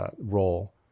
role